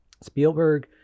Spielberg